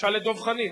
תשאל את דב חנין.